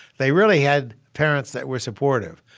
they really had parents that were supportive.